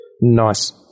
Nice